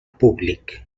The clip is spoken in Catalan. públic